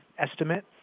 estimate